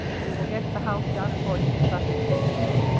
we will get the house done according to specifications.